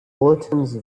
bulletins